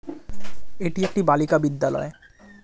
এটি একটি বালিকা বিদ্যালয়